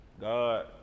God